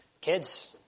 Kids